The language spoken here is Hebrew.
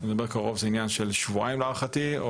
עניין של שבועיים להערכתי,